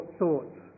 thoughts